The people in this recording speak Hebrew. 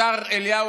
השר אליהו,